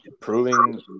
proving